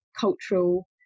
cultural